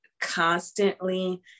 constantly